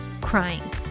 crying